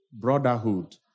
brotherhood